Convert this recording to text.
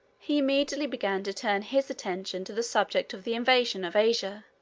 he immediately began to turn his attention to the subject of the invasion of asia.